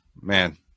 Man